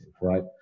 right